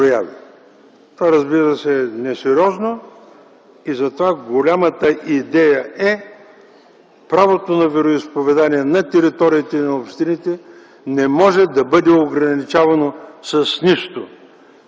Това, разбира се, е несериозно. Затова голямата идея е правото на вероизповедание на териториите на общините да не може да бъде ограничавано с нищо,